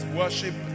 worship